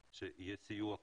שיהיה סיוע כלשהו.